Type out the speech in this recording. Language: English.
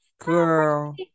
girl